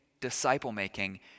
disciple-making